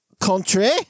country